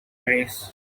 race